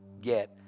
get